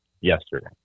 yesterday